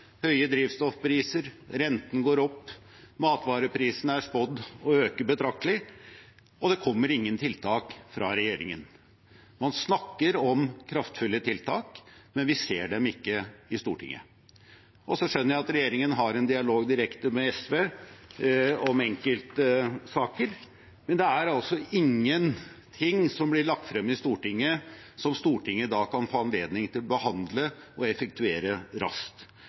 høye drivstoffpriser, renten går opp, matvareprisene er spådd å øke betraktelig, og det kommer ingen tiltak fra regjeringen. Man snakker om kraftfulle tiltak, men vi ser dem ikke i Stortinget. Så skjønner jeg at regjeringen har en dialog direkte med SV om enkelte saker, men det er altså ingenting som blir lagt frem i Stortinget, og som Stortinget da kan få anledning til å behandle og effektuere raskt.